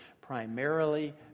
primarily